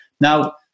Now